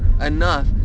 enough